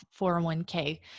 401k